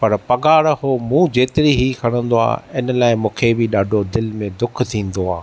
पर पगार हू मूं जेतिरी ई खणंदो आहे इन लाए मूंखे बि ॾाढो दिल में दुख थींदो आहे